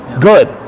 good